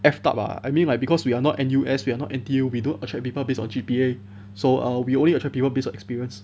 f up lah I mean like because we are not N_U_S we are not N_T_U we don't attract people based on G_P_A so err we only attract people based on experience